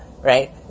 right